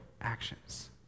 actions